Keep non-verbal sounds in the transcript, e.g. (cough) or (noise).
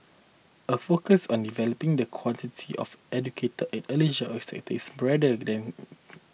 a focus on developing the quality of educator in the early (unintelligible) sector is brighter than